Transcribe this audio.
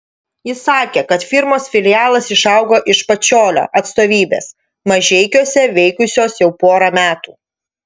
ji sakė kad firmos filialas išaugo iš pačiolio atstovybės mažeikiuose veikusios jau porą metų